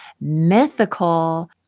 mythical